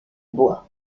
bois